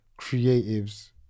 creatives